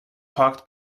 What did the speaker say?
parked